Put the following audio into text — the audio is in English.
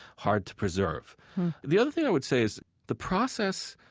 hard to preserve the other thing i would say is the process